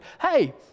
hey